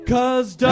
Cause